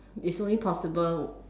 it's only possible